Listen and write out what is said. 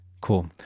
Cool